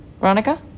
Veronica